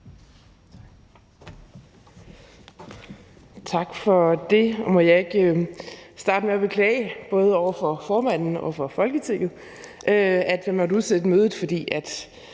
Tak for det. Må jeg ikke starte med at beklage, både over for formanden og over for Folketinget, at man måtte udsætte mødet, fordi